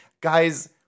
guys